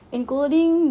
including